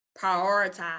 prioritize